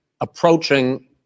approaching